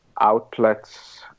outlets